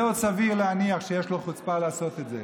זה, עוד סביר להניח שיש לו חוצפה לעשות את זה.